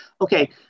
Okay